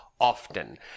often